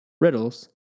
Riddles